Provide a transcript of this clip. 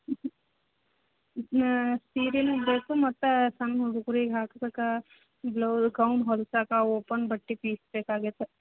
ಹ್ಞೂ ಹ್ಞೂ ಸೀರೆಯಲ್ಲು ಬೇಕು ಮತ್ತು ಸಣ್ಣ ಹುಡುಗ್ರಿಗೆ ಹಾಕಕೆ ಬ್ಲೌ ಗೌನ್ ಹೊಲ್ಸಕೆ ಓಪನ್ ಬಟ್ಟೆ ಪೀಸ್ ಬೇಕಾಗೈತೆ